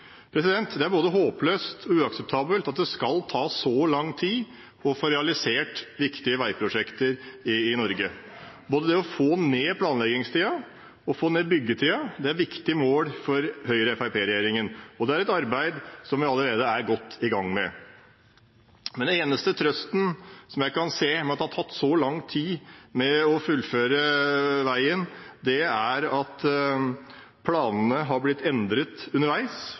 Det er både håpløst og uakseptabelt at det skal ta så lang tid å få realisert viktige veiprosjekter i Norge. Både det å få ned planleggingstiden og å få ned byggetiden er viktige mål for Høyre–Fremskrittsparti-regjeringen, og det er et arbeid som vi allerede er godt i gang med. Den eneste trøsten jeg kan se med at det har tatt så lang tid å fullføre denne veien, er at planene har blitt endret underveis,